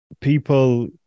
people